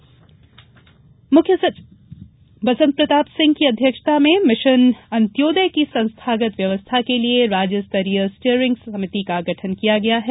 mission Antyodaya मुख्य सचिव बंसत प्रताप सिंह की अध्यक्षता में मिशन अंत्योदय की संस्थागत व्यवस्था के लिए राज्य स्तरीय स्टीयरिंग समिति का गठन किया गया है